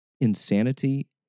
insanity